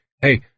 hey